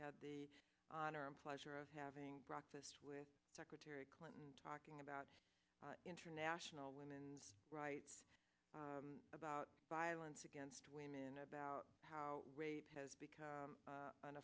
had the honor and pleasure of having breakfast with secretary clinton talking about international women's rights about once against women about how great has become a